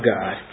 God